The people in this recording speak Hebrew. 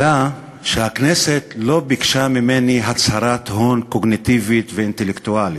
אלא שהכנסת לא ביקשה ממני הצהרה קוגניטיבית ואינטלקטואלית.